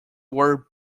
were